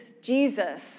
Jesus